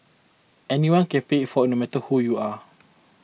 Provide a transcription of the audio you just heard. anyone can pay it forward no matter who you are